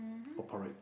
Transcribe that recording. or porridge